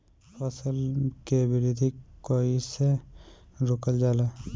फसल के वृद्धि कइसे रोकल जाला?